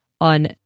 on